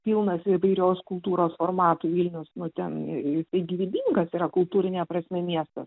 pilnas įvairios kultūros formatų vilnius nu ten jisai gyvybingas yra kultūrine prasme miestas